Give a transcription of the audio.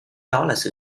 thấy